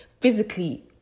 physically